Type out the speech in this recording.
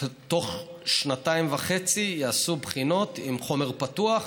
בתוך שנתיים וחצי יעשו בחינות עם חומר פתוח.